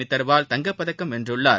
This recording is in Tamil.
மிதர்வால் தங்கப்பதக்கம் வென்றுள்ளார்